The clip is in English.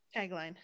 Tagline